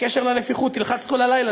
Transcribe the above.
בקשר לנפיחות תלחץ כל הלילה,